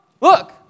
look